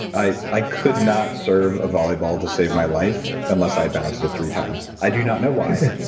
i i could not serve a volleyball to save my life, unless i bounced it three times. i do not know why.